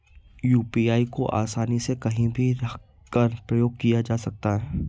UPI को आसानी से कहीं भी रहकर प्रयोग किया जा सकता है